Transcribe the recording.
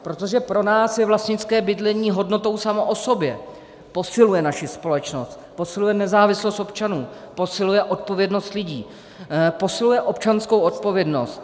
Protože pro nás je vlastnické bydlení hodnotou samo o sobě, posiluje naši společnost, posiluje nezávislost občanů, posiluje odpovědnost lidí, posiluje občanskou odpovědnost.